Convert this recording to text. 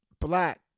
black